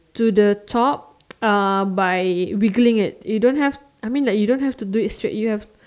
to the top uh by wiggling it you don't have I mean like you don't have to do it straight have